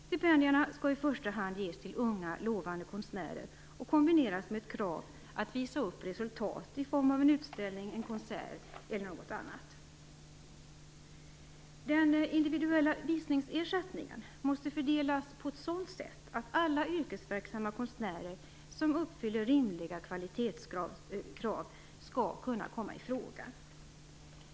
Stipendierna skall i första hand ges till unga lovande konstnärer och kombineras med kravet att de skall visa upp resultat i form av en utställning, konsert etc. Den individuella visningsersättningen måste fördelas på ett sådant sätt att alla yrkesverksamma konstnärer som uppfyller rimliga kvalitetskrav skall kunna komma ifråga.